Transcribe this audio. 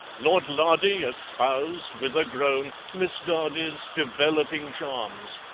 lord lardy espoused, with a groan, miss dardy's developing charms,